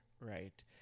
right